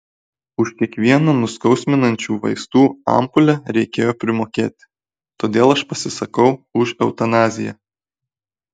už kiekvieną nuskausminančių vaistų ampulę reikėjo primokėti todėl aš pasisakau už eutanaziją